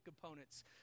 components